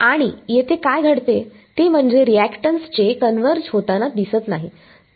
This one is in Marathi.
आणि येथे काय घडते ते म्हणजे रिएक्टन्स चे कन्वर्ज होताना दिसत नाही